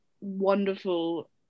wonderful